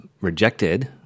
rejected